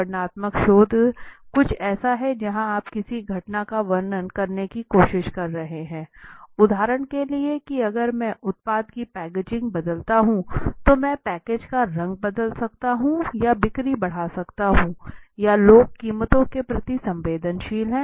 वर्णनात्मक शोध कुछ ऐसा है जहां आप किसी घटना का वर्णन करने की कोशिश कर रहे हैं उदाहरण के लिए कि अगर मैं उत्पाद की पैकेजिंग बदलता हूं तो मैं पैकेज का रंग बदल सकता हूं यह बिक्री बढ़ा सकता है या लोग कीमतों के प्रति संवेदनशील हैं